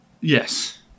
Yes